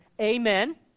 Amen